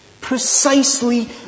Precisely